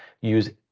use